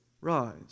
rise